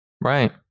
Right